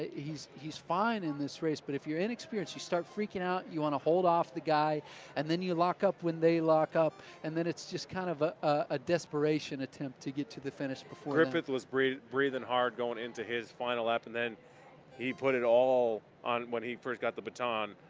he's he's fine in this race. but if you're inexperienced you start freaking out. you want to hold off the guy and then you lock up when they lock up and then it's just kind of a ah desperation attempt to get to the finish before. will griffith was breathing breathing hard going into his final lap. and then he put it all on when he fist got the baton.